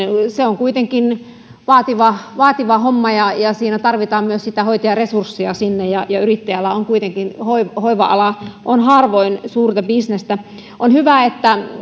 se on kuitenkin vaativa vaativa homma sinne tarvitaan myös hoitajaresurssia ja ja kuitenkin yrittäjälle hoiva ala on harvoin suurta bisnestä on hyvä että